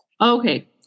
Okay